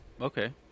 Okay